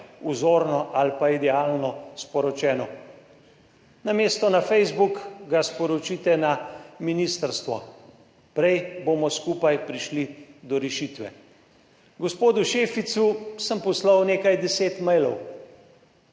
vzorno ali idealno sporočeno. Namesto na Facebook, ga sporočite na ministrstvo, prej bomo skupaj prišli do rešitve. Gospodu Šeficu sem poslal nekaj deset mailov,